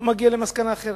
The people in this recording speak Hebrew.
הוא מגיע למסקנה אחרת.